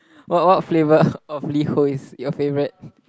what what flavour of LiHo is your favourite